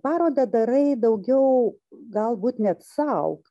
parodą darai daugiau galbūt net sau